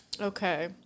Okay